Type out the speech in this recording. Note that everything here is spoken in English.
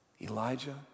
Elijah